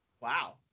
wow